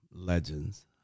Legends